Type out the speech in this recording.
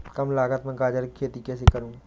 कम लागत में गाजर की खेती कैसे करूँ?